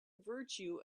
virtue